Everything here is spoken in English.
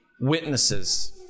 witnesses